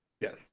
Yes